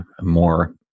more